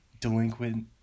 delinquent